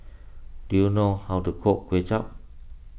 do you know how to cook Kuay Chap